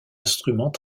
instruments